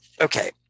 Okay